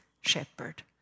shepherd